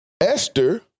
Esther